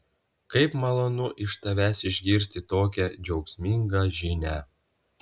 kaip malonu iš tavęs išgirsti tokią džiaugsmingą žinią